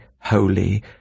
holy